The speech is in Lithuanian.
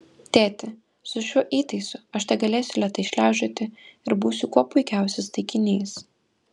tėti su šiuo įtaisu aš tegalėsiu lėtai šliaužioti ir būsiu kuo puikiausias taikinys